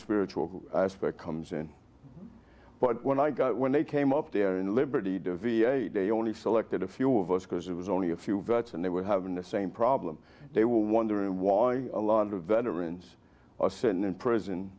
spiritual aspect comes in but when i got when they came up there in liberty to v a they only selected a few of us because it was only a few vets and they were having the same problem they were wondering why a lot of veterans are sent to prison